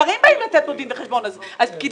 שרים באים לתת פה דין וחשבון אז פקידים